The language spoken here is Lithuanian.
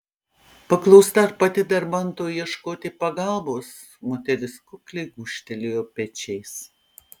paklausta ar pati dar bando ieškoti pagalbos moteris kukliai gūžteli pečiais